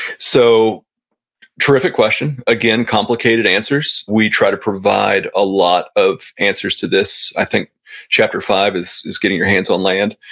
so terrific question. again, complicated answers. we try to provide a lot of answers to this. i think chapter five is is getting your hands on land.